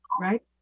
right